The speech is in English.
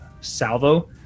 salvo